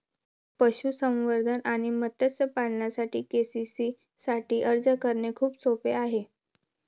पशुसंवर्धन आणि मत्स्य पालनासाठी के.सी.सी साठी अर्ज करणे खूप सोपे आहे